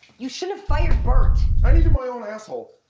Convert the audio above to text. you should have fired burt. i need to my own asshole